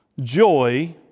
joy